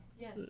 yes